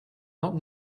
not